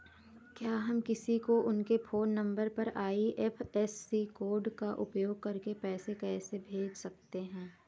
क्या हम किसी को उनके फोन नंबर और आई.एफ.एस.सी कोड का उपयोग करके पैसे कैसे भेज सकते हैं?